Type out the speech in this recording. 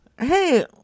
Hey